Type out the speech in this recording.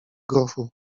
grochu